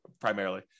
primarily